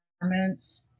performance